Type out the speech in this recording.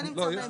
זה נמצא בהמשך.